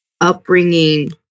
upbringing